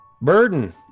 Burden